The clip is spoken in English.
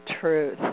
truth